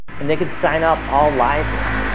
and they could sign up all live here.